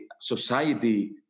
society